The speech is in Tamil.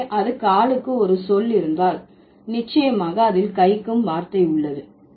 எனவே அது காலுக்கு ஒரு சொல் இருந்தால் நிச்சயமாக அதில் கைக்கும் வார்த்தை உள்ளது